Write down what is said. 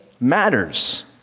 matters